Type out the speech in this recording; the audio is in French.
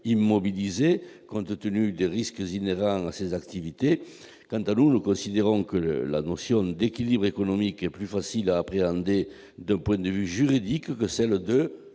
immobilisés compte tenu des risques inhérents à ces activités ». Quant à nous, nous considérons que la notion d'« équilibre économique » est plus facile à appréhender d'un point de vue juridique que celle de